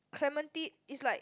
Clementi is like